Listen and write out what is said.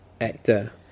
actor